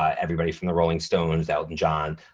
ah everybody from the rolling stones, elton john,